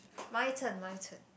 my turn my turn